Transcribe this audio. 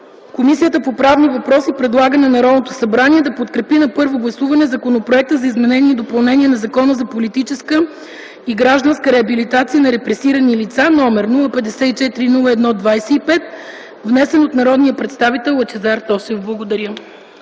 Комисията по правни въпроси предлага на Народното събрание да подкрепи на първо гласуване Законопроекта за изменение и допълнение на Закона за политическа и гражданска реабилитация на репресирани лица, № 054-01-25, внесен от народния представител Лъчезар Тошев.” Благодаря.